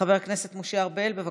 חבר הכנסת משה ארבל, בבקשה.